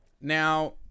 now